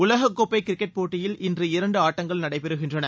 உலகக் கோப்பை கிரிக்கெட் போட்டியில் இன்று இரண்டு ஆட்டங்கள் நடைபெறுகின்றன